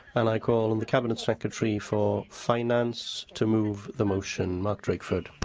and i call on the cabinet secretary for finance to move the motion mark drakeford.